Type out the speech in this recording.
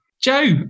Joe